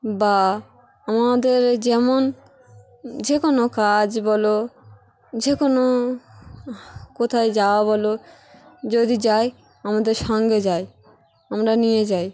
বা আমাদের যেমন যে কোনো কাজ বলো যে কোনো কোথায় যাওয়া বলো যদি যাই আমাদের সঙ্গে যায় আমরা নিয়ে যাই